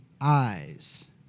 eyes